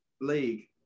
league